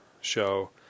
show